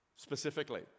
specifically